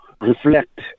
reflect